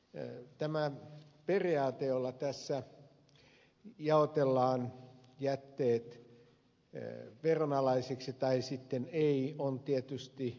tämä periaate jolla tässä jaotellaan jätteet veronalaisiksi tai sitten ei on tietysti ymmärrettävä